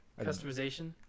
Customization